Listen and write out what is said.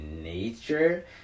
Nature